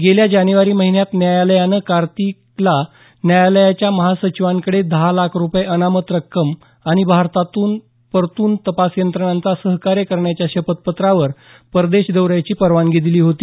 गेल्या जानेवारी महिन्यात न्यायालयानं कार्तिला न्यायालयाच्या महासचिवांकडे दहा लाख रुपये अनामत रक्कम आणि भारतात परतून तपासयंत्रणांना सहकार्य करण्याच्या शपथपत्रावर परदेश दौऱ्याची परवानगी दिली होती